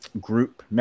group